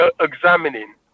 examining